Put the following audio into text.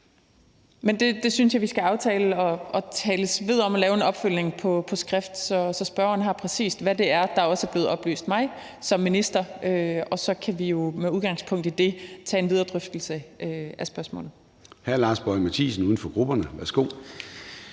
Men det synes jeg vi skal aftale at tales ved om og lave en opfølgning på på skrift, så spørgeren har præcis det, der også er blevet oplyst mig som minister, og så kan vi jo med udgangspunkt i det tage en videre drøftelse af spørgsmålet. Kl. 14:06 Formanden (Søren Gade): Hr. Lars Boje Mathiesen, uden for grupperne. Værsgo.